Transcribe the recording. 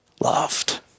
loved